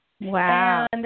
Wow